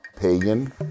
pagan